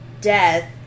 death